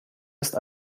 ist